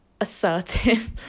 assertive